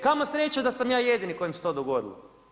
Kamo sreće da sam ja jedini kojem se to dogodilo.